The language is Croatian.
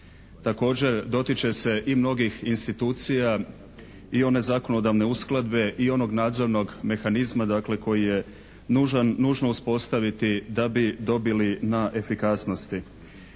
također dotiče se i mnogih institucija i one zakonodavne uskladbe i onog nadzorno mehanizma dakle koji je nužno uspostaviti da bi dobili na efikasnosti.